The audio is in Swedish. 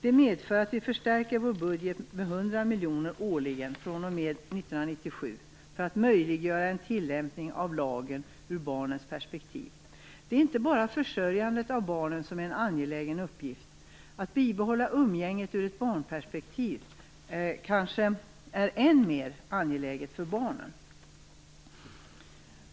Det medför att vi förstärker vår budget med 100 miljoner årligen fr.o.m. 1997 för att möjliggöra en tillämpning av lagen ur barnens perspektiv. Det är inte bara försörjningen av barnen som är en angelägen uppgift. Att bibehålla umgänget är kanske än mer angeläget ur ett barnperspektiv.